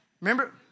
Remember